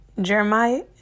Jeremiah